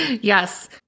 Yes